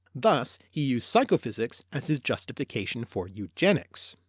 thus he used psychophysics as his justification for eugenics.